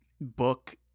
book